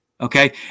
okay